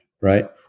right